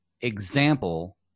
example